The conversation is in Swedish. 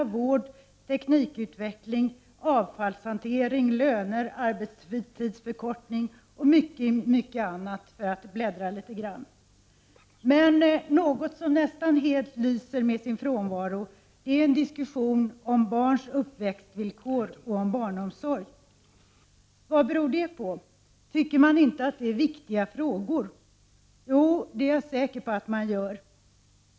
I analysen skriver man t.ex.: ”Tvivlet gror. Har välfärdssamhället tagit över så många sociala uppgifter från familj, vänner, oss själva, att livet blivit opersonligt och ansvarslöst och vi själva blivit hjälplösa?” Just så är det ju. För att låna en term från sjukvården — svenska folket har blivit ”hospitaliserat”. I 90-talsprogrammet behandlas miljö, arbetsliv, den offentliga sektorn och ekonomi. Under dessa rubriker återfinns skola, vård, teknikutveckling, avfallshantering, löner, arbetstidsförkortning och mycket annat. Det framgår om man bläddrar litet grand i programmet. Men något som nästan helt lyser med sin frånvaro är diskussionen om barns uppväxtvillkor och om barnomsorg. Vad beror det på? Tycker man inte att det är viktiga frågor? Jo, det är jag säker på att man gör.